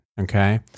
Okay